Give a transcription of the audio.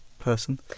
person